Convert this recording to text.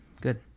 Good